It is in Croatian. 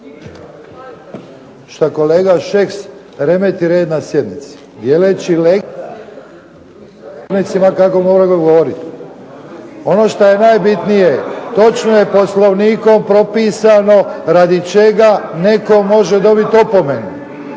što kolega Šeks remeti red na sjednici dijeleći lekcije drugim zastupnicima kako moraju govoriti. Ono što je najbitnije, točno je Poslovnikom propisano radi čega netko može dobiti opomenu.